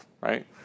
right